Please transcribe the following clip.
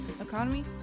economy